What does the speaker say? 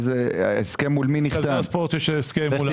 מול מי נחתם ההסכם?